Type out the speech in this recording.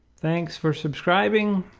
thanks for subscribing,